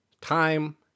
time